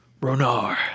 Ronar